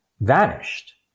vanished